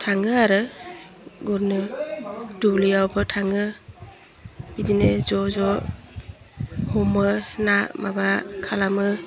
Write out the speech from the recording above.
थाङो आरो गुरनो दुब्लियावबो थाङो बिदिनो ज' ज' हमो ना माबा खालामो